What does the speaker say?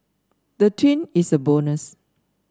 the twin is a bonus